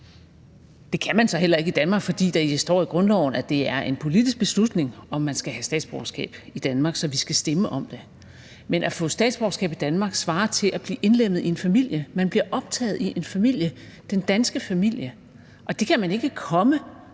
Det kan man så heller ikke i Danmark, fordi der står i grundloven, at det er en politisk beslutning, om man skal have statsborgerskab i Danmark, så vi skal stemme om det. Men at få statsborgerskab i Danmark svarer til at blive indlemmet i en familie. Man bliver optaget i en familie, den danske familie, og der kan man ikke komme